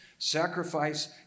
sacrifice